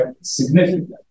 significant